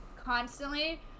constantly